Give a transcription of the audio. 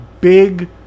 big